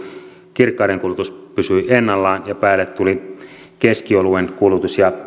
kirkkaiden kulutus pysyi ennallaan ja päälle tuli keskioluen kulutus ja